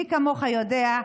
מי כמוך יודע,